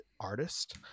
artist